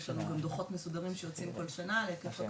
יש לנו גם דוחות מסודרים שיוצאים כל שנה על היקף הקרקעות,